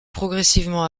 progressivement